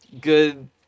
good